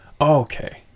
Okay